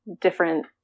different